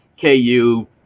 KU